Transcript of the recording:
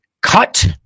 cut